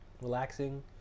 Relaxing